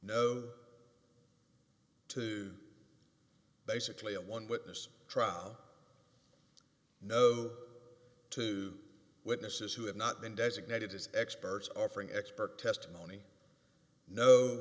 no to basically a one witness trial no two witnesses who have not been designated as experts offering expert testimony no